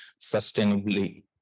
sustainably